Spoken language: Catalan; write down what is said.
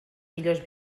millors